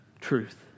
truth